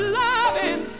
loving